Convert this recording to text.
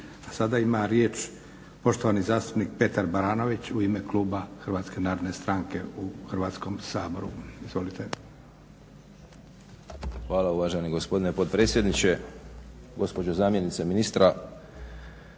A sada ima riječ poštovani zastupnik Petar Baranović u ime kluba HNS-a u Hrvatskom saboru. Izvolite. **Baranović, Petar (HNS)** Hvala uvaženi gospodine potpredsjedniče. Gospođo zamjenice ministra,